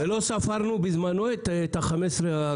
נכון.